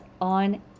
on